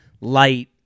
light